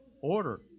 order